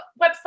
website